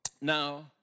Now